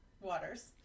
Waters